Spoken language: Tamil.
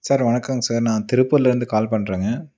சார் வணக்கங்க சார் நான் திருப்பூர்லேருந்து கால் பண்றங்க